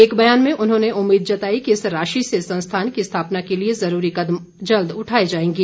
एक बयान में उन्होंने उम्मीद जताई कि इस राशि से संस्थान की स्थापना के लिए ज़रूरी कदम जल्द उठाए जाएंगे